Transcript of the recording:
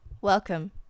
Welcome